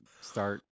start